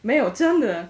没有真的